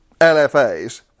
LFAs